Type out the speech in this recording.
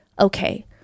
okay